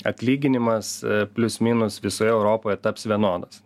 atlyginimas plius minus visoje europoje taps vienodas